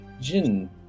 Jin